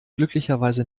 glücklicherweise